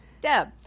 Deb